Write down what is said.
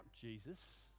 Jesus